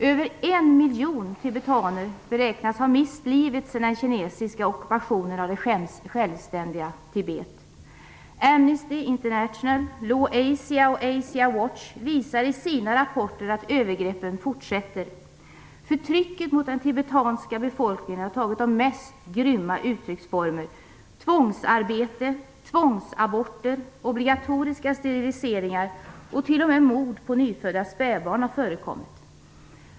Över en miljon tibetaner beräknas ha mist livet sedan den kinesiska ockupationen av det självständiga Amnesty International, Law Asia och Asia Watch visar i sina rapporter att övergreppen fortsätter. Förtrycket mot den tibetanska befolkningen har tagit de mest grymma uttrycksformer. Tvångsarbete, tvångsaborter, obligatoriska steriliseringar och t.o.m. mord på nyfödda spädbarn har förekommit.